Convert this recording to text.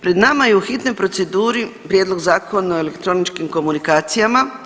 Pred nama je u hitnoj proceduri prijedlog Zakona o elektroničkim komunikacija.